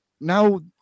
now